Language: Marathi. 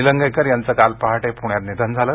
निलंगेकर यांच काल पहाटे पुण्यात निधन झालं